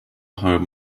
home